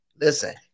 listen